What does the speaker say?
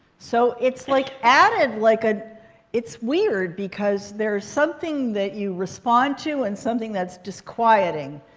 so it's like added like a it's weird. because there's something that you respond to and something that's disquieting.